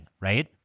right